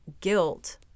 guilt